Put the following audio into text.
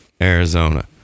Arizona